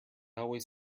always